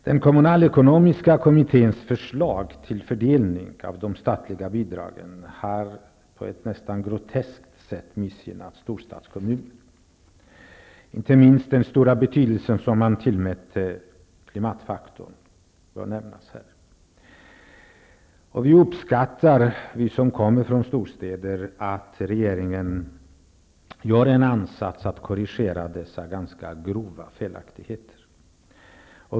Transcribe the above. Den kommunalekonomiska kommitténs förslag till fördelning av de statliga bidragen har på ett nästan groteskt sätt missgynnat storstadskommunerna. Inte minst den stora betydelse som man tillmätte klimatfaktorn bör nämnas i det här sammanhanget. Vi som kommer från storstäderna uppskattar att regeringen gör en ansats att korrigera dessa ganska grova felaktigheter.